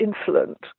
insolent